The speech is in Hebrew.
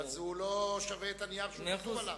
אז הוא לא שווה את הנייר שהוא כתוב עליו.